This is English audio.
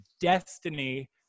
destiny –